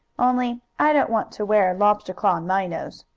only i don't want to wear a lobster claw on my nose.